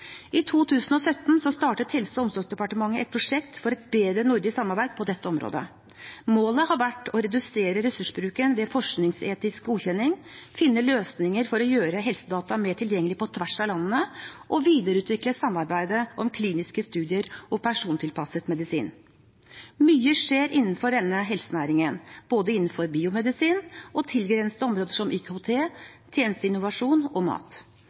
I 2017 startet Helse- og omsorgsdepartementet et prosjekt for et bedre nordisk samarbeid på dette området. Målet har vært å redusere ressursbruken ved forskningsetisk godkjenning, finne løsninger for å gjøre helsedata mer tilgjengelig på tvers av landene og videreutvikle samarbeidet om kliniske studier og persontilpasset medisin. Mye skjer innenfor denne helsenæringen, både innenfor biomedisin og tilgrensende områder som IKT, tjenesteinnovasjon og mat.